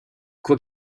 quoi